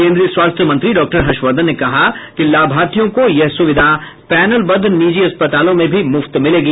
केन्द्रीय स्वास्थ्य मंत्री डॉक्टर हर्षवर्धन ने कहा कि लाभार्थियों को यह सुविधा पैनलबद्ध निजी अस्पतालों में भी मुफ्त मिलेगी